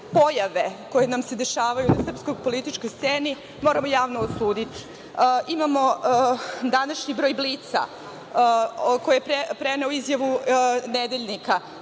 Pojave koje nam se dešavaju na srpskoj političkoj sceni moramo javno osuditi. Imamo današnji broj „Blica“ koji je preneo izjavu „Nedeljnika“